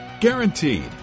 Guaranteed